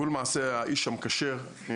והוא למעשה האיש המקשר.